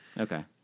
Okay